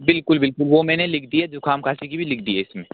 बिल्कुल बिल्कुल वो मैंने लिख दी है जुकाम खाँसी की भी लिख दि है इसमें